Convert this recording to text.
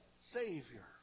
savior